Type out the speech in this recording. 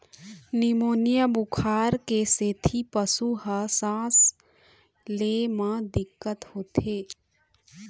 pneumonia बुखार के सेती पशु ल सांस ले म दिक्कत होथे